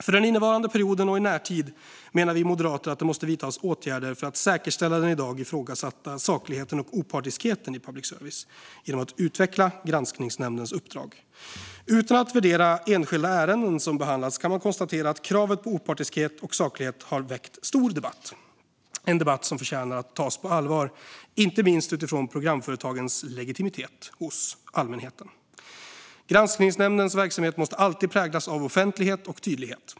För den innevarande perioden och i närtid menar vi moderater att det måste vidtas åtgärder för att säkerställa den i dag ifrågasatta sakligheten och opartiskheten i public service. Detta görs genom att utveckla granskningsnämndens uppdrag. Utan att värdera enskilda ärenden som behandlats kan man konstatera att kravet på opartiskhet och saklighet har väckt stor debatt. Det är en debatt som förtjänar att tas på allvar, inte minst utifrån programföretagens legitimitet hos allmänheten. Granskningsnämndens verksamhet måste alltid präglas av offentlighet och tydlighet.